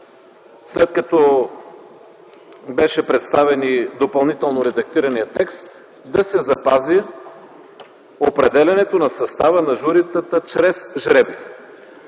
след като беше представен и допълнително редактираният текст, да се запази определянето на състава на журитата чрез жребий.